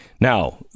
Now